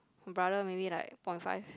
brother maybe like point five